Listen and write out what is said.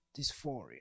dysphoria